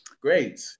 Great